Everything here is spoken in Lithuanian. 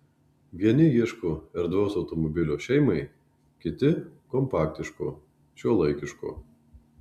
vieni ieško erdvaus automobilio šeimai kiti kompaktiško šiuolaikiško